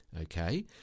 Okay